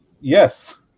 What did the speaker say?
Yes